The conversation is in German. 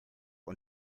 und